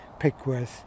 Pickworth